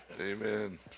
Amen